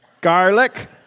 Garlic